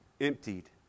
emptied